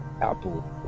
Apple